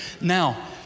Now